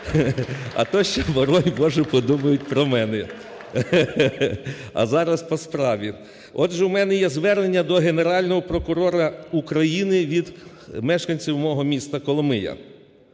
А то ще, борони Боже, подумають про мене. А зараз по справі, отже, у мене є звернення до Генерального прокурора України від мешканців мого міста Коломия.